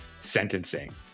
Sentencing